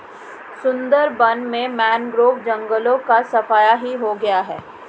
सुंदरबन में मैंग्रोव जंगलों का सफाया ही हो गया है